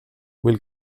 will